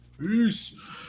Peace